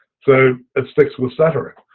so it sticks with stuttering.